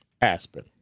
Aspen